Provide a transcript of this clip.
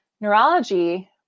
Neurology